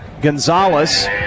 Gonzalez